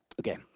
Okay